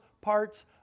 parts